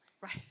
Right